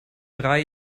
drei